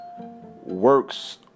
works